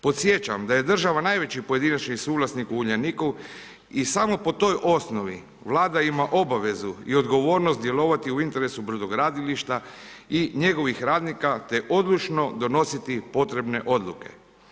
Podsjećam da je država najveći pojedinačni suvlasnik u Uljaniku i samo po toj osnovi vlada ima obavezu i odgovornost djelovati u interesu brodogradilišta i njegovih radnika te odlučno donositi potrebne odluke.